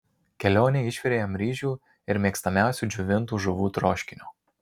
kelionei išvirė jam ryžių ir mėgstamiausio džiovintų žuvų troškinio